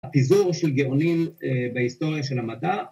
‫הפיזור של גאונים בהיסטוריה ‫של המדע.